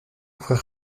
frère